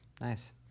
Nice